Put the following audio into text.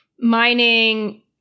mining